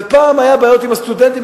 ופעם היו בעיות עם הסטודנטים,